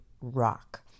rock